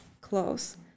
close